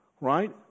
right